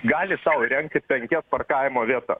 gali sau įrengti penkias parkavimo vietas